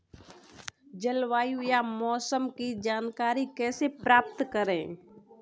जलवायु या मौसम की जानकारी कैसे प्राप्त करें?